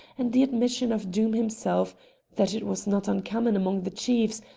and the admission of doom himself that it was not uncommon among the chiefs,